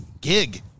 gig